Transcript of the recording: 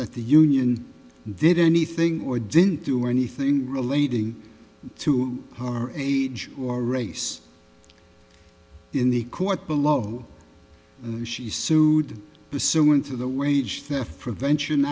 that the union did anything or didn't do anything relating to our age or race in the court below who she sued was so into the wage theft prevention